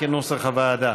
כנוסח הוועדה.